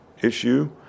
issue